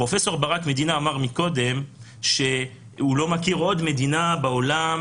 פרופ' ברק מדינה אמר שהוא לא מכיר עוד מדינה בעולם,